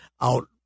out